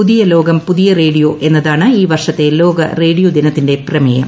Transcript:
പുതിയ ലോകം പുതിയ റേഡിയോ എന്നതാണ് ഈ വർഷത്തെ ലോക റേഡിയോ ദിനത്തിന്റെ പ്രമേയം